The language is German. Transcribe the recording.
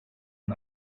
man